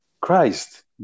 Christ